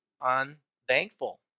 unthankful